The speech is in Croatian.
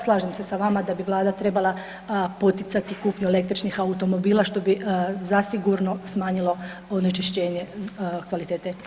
Slažem se sa vama da bi vlada trebala poticati kupnju električnih automobila, što bi zasigurno smanjilo onečišćenje kvalitete zraka.